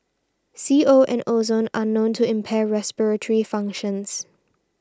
C O and ozone are known to impair respiratory functions